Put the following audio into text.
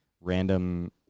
random